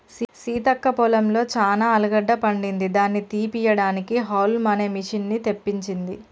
సీతక్క పొలంలో చానా ఆలుగడ్డ పండింది దాని తీపియడానికి హౌల్మ్ అనే మిషిన్ని తెప్పించింది